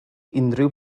unrhyw